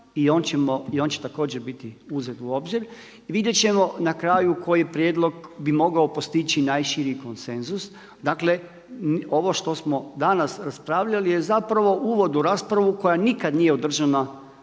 i on će također biti uzet u obzir i vidjeti ćemo na kraju koji prijedlog bi mogao postići najširi konsenzus. Dakle ovo što smo danas raspravljali je zapravo uvod u raspravu koja nikad nije održana